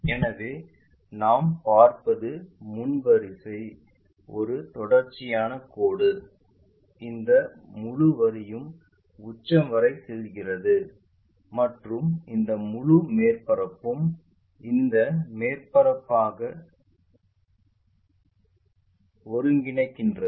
எனவே நாம் பார்ப்பது முன் வரிசை ஒரு தொடர்ச்சியான கோடு இந்த முழு வரியும் உச்சம் வரை செல்கிறது மற்றும் இந்த முழு மேற்பரப்பும் இந்த மேற்பரப்பாக ஒருங்கிணைக்கிறது